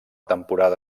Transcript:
temporada